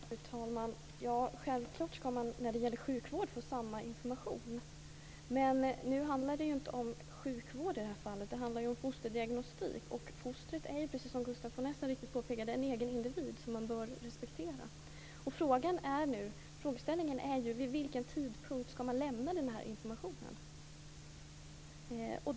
Fru talman! Självklart ska man få samma information när det gäller sjukvård. Men nu handlar det inte om sjukvård i det här fallet. Det handlar om fosterdiagnostik. Fostret är, precis som Gustaf von Essen så riktigt påpekar, en egen individ som man bör respektera. Frågeställningen är nu: Vid vilken tidpunkt ska man lämna den här informationen?